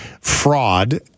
fraud